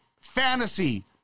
Fantasy